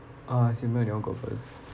uh simeon you want to go first